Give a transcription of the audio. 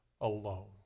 alone